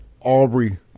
Aubrey